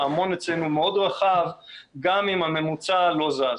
הפעמון אצלנו הוא מאוד רחב גם אם הממוצע לא זז.